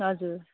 हजुर